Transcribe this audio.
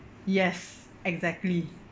yes exactly